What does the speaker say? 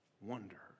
wonder